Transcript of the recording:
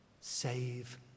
Save